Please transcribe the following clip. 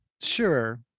sure